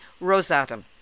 Rosatom